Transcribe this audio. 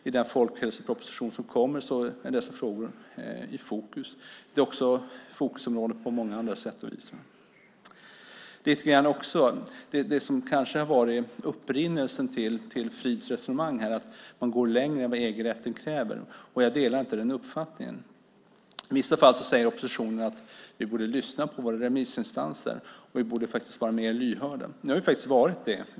I den folkhälsoproposition som kommer står dessa frågor i fokus. Där kommer även andra områden att stå i fokus. Jag delar inte Frids uppfattning att man går längre än EG-rätten kräver. I vissa fall säger oppositionen att vi borde vara mer lyhörda och lyssna på våra remissinstanser. Nu har vi gjort det.